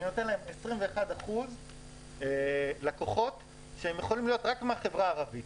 אני נותן ל-21% לקוחות שיכולים להיות רק מהחברה הערבית.